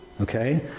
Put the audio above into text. Okay